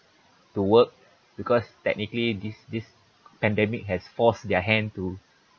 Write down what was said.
the work because technically this this pandemic has forced their hand to